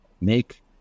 make